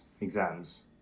exams